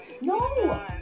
no